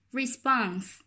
response